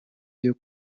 byo